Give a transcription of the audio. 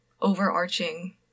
overarching